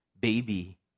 baby